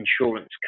insurance